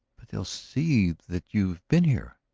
but they'll see that you have been here.